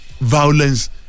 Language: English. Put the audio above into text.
violence